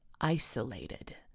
isolated